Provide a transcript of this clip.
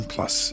Plus